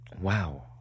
Wow